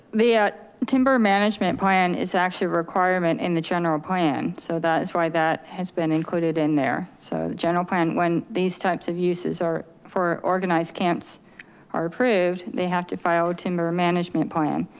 ah timber management plan is actually a requirement in the general plan. so that is why that has been included in there. so the general plan when these types of uses are for organized camps are approved. they have to file a timber management plan,